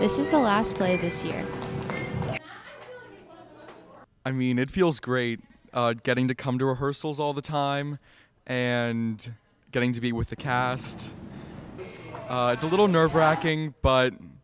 this is the last play this year i mean it feels great getting to come to rehearsals all the time and getting to be with the cast it's a little nerve wracking but